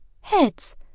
Heads